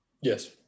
Yes